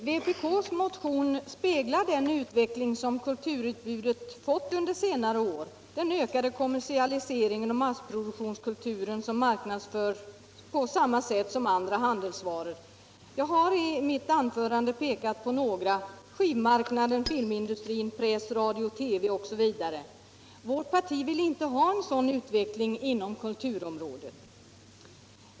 Herr talman! Vpk:s motion speglar den utveckling kulturutbudet fått under senare år, den ökade kommersialiseringen och massproduktionskulturen som marknadsförs på samma sätt som andra handelsvaror. Jag har i mitt anförande pekat på några: skivmarknaden, film, press. radio, TV osv. Vårt parti vill inte ha en sådan utveckling på kulturområdet.